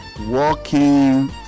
walking